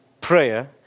prayer